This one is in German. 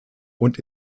und